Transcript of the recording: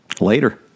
later